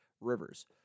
Rivers